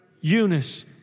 Eunice